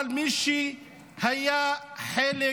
אבל מי שהיה חלק